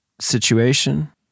situation